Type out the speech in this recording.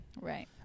Right